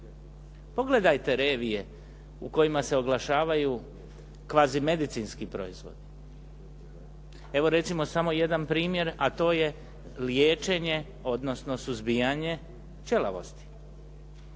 Pogledajte revije u kojima se oglašavaju kvazi medicinski proizvodi. Evo recimo samo jedan primjer, a to je liječenje, odnosno suzbijanje ćelavosti.